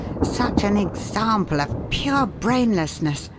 such an example of pure brainlessness!